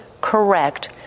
correct